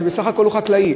מפני שבסך הכול הוא חקלאי.